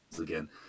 again